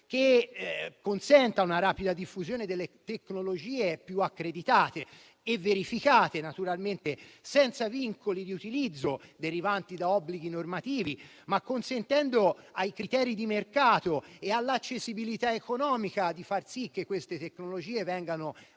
che consenta una rapida diffusione delle tecnologie più accreditate e verificate, naturalmente senza vincoli di utilizzo derivanti da obblighi normativi, ma consentendo ai criteri di mercato e all'accessibilità economica di far sì che queste tecnologie vengano poi